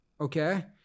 okay